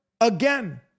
again